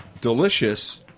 delicious